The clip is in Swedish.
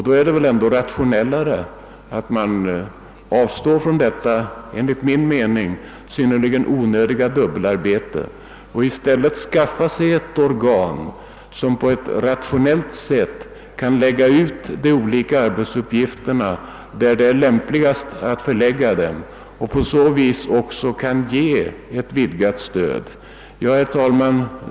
Då är det väl rationellare att man avstår från detta enligt min mening synnerligen onödiga dubbelarbete och i stället skaffar sig ett organ som rationellt kan lägga ut de olika arbetsuppgifterna där det är lämpligast och på så sätt ge ett vidgat stöd. Herr talman!